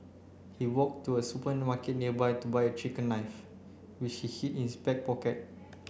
he walked to a supermarket nearby to buy a kitchen knife which he hid in his back pocket